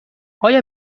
آیا